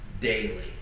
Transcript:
daily